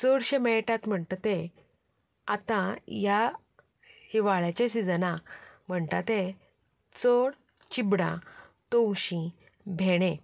चडशे मेळटात म्हणटात ते आतां ह्या हिंवाळ्याच्या सिजनांत म्हणटा ते चड चिबडां तवशीं भेंडे